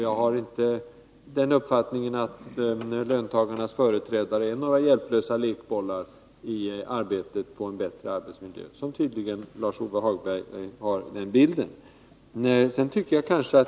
Jag har den uppfattningen att löntagarnas företrädare inte är några lekbollar i arbetet på en bättre arbetsmiljö, vilket Lars-Ove Hagberg tydligen föreställer sig.